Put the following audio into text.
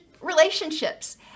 relationships